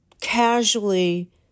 casually